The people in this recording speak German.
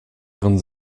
ihren